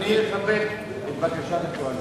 אני מכבד את בקשת הקואליציה.